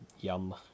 Yum